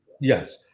Yes